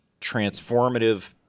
transformative